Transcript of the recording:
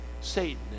Satan